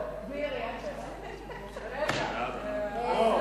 סליחה, על